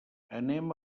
anem